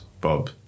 Bob